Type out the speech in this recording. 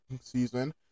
season